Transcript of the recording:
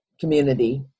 community